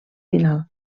final